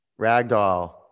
Ragdoll